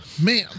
Man